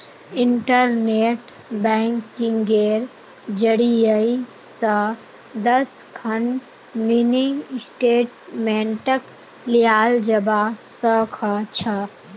internet बैंकिंगेर जरियई स दस खन मिनी स्टेटमेंटक लियाल जबा स ख छ